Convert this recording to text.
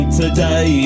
today